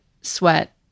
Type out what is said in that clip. sweat